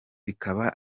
bikaba